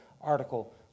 article